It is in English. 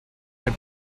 had